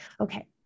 Okay